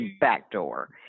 backdoor